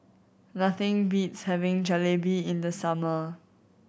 nothing beats having Jalebi in the summer